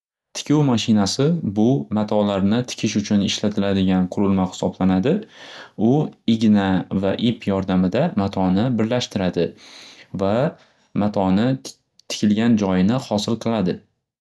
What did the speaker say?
Tikuv mashinasi bu matolarni tikish uchun ishlatidigan qurilma xisoblanadi. U igna va ip yordamida matoni birlashtiradi va matoni tikilgan joyini xosil qiladi.